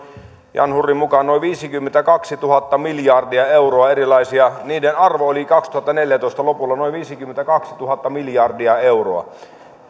jan hurrin mukaan noin viisikymmentäkaksituhatta miljardia euroa niiden arvo oli kaksituhattaneljätoista lopulla noin viisikymmentäkaksituhatta miljardia euroa